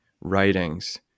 writings